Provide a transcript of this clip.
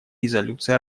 резолюций